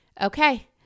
Okay